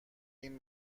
این